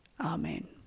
Amen